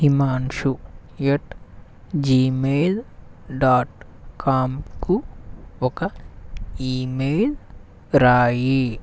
Himanshu at Gmail dot com కు ఒక email వ్రాయి